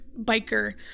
biker